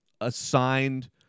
assigned